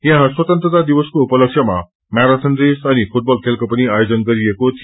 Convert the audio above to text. याहाँ स्वतन्त्रता दिवसको उपलक्ष्यमा मैरागिन रेश अनि फूटबल खेलको पनि आयोजन गरिएको थियो